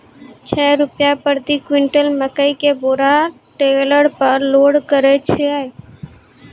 छह रु प्रति क्विंटल मकई के बोरा टेलर पे लोड करे छैय?